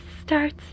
starts